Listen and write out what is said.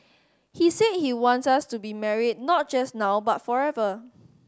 he said he wants us to be married not just now but forever